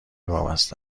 وابسته